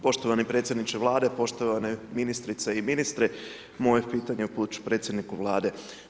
Poštovani predsjedniče Vlade, poštovane ministrice i ministre, moje pitanje upućujem predsjedniku Vlade.